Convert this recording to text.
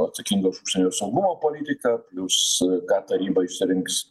atsakingą už užsienio saugumo politiką plius ką taryba išsirinks